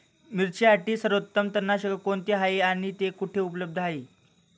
मिरचीसाठी सर्वोत्तम तणनाशक कोणते आहे आणि ते कुठे उपलब्ध आहे?